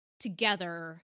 together